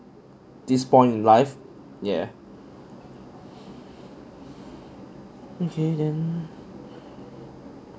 this point in life yeah okay then